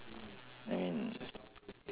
I mean